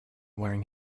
wearing